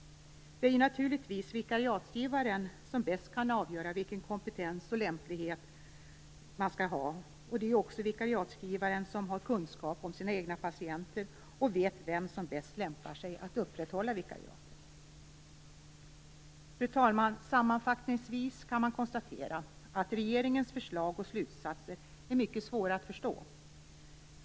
Det är naturligtvis vikariatsgivaren som bäst kan avgöra vikariens kompetens och lämplighet. Det är dock vikariatsgivaren som har kunskap om de egna patienterna och vet vem som bäst lämpar sig att upprätthålla vikariatet. Fru talman! Sammanfattningsvis kan man konstatera att regeringens förslag och slutsatser är mycket svåra att förstå.